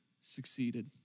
succeeded